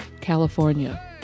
California